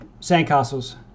Sandcastles